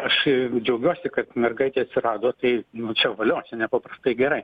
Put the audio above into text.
aš džiaugiuosi kad mergaitė atsirado tai nu čia valio čia nepaprastai gerai